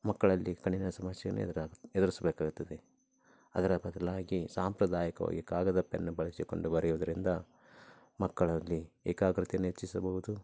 ಮಕ್ಕಳಲ್ಲಿ ಕಣ್ಣಿನ ಸಮಸ್ಯೆಯನ್ನು ಎದುರಾಗ ಎದುರಿಸ್ಬೇಕಾಗುತ್ತದೆ ಅದರ ಬದಲಾಗಿ ಸಾಂಪ್ರದಾಯಿಕವಾಗಿ ಕಾಗದ ಪೆನ್ನು ಬಳಸಿಕೊಂಡು ಬರೆಯುವುದರಿಂದ ಮಕ್ಕಳಲ್ಲಿ ಏಕಾಗ್ರತೆಯನ್ನು ಹೆಚ್ಚಿಸಬಹುದು